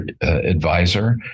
advisor